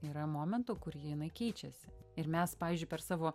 yra momentų kur jinai keičiasi ir mes pavyzdžiui per savo